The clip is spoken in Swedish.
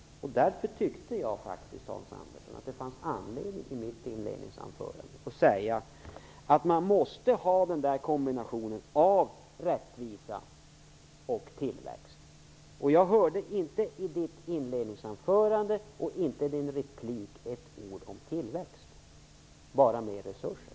Därför tyckte jag, Hans Andersson, att det fanns anledning att i mitt inledningsanförande säga att man måste ha en kombination av rättvisa och tillväxt. Jag hörde inte ett ord om tillväxt i Hans Anderssons inledningsanförande eller replik, bara om fler resurser.